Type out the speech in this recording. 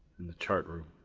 in the chart room.